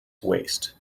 waste